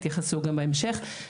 יתייחסו גם בהמשך,